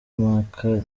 impaka